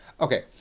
Okay